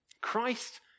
Christ